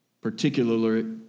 particularly